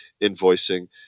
invoicing